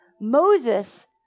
Moses